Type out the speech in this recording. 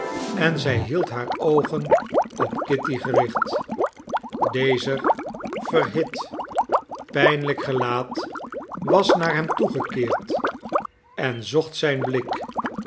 en zij hield haar oogen op kitty gericht dezer verhit pijnlijk gelaat was naar hem toegekeerd en zocht zijn blik